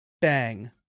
bang